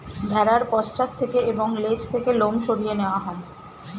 ভেড়ার পশ্চাৎ থেকে এবং লেজ থেকে লোম সরিয়ে নেওয়া হয়